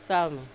chowmein